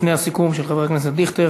לפני הסיכום של חבר הכנסת דיכטר,